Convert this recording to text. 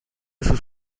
sus